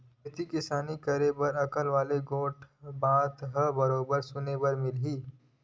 खेती किसानी के करब म अकाल वाले गोठ बात ह बरोबर सुने बर मिलथे ही